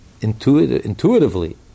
intuitively